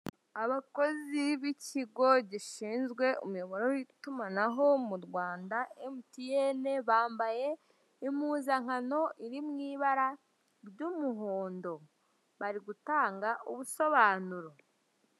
Abakozi b'ikigo gishinzwe umuyoboro w'itumanaho mu Rwanda MTN, bambaye impuzankano iriwi ibara ry'umuhondo bari gutanga ubusobanuro.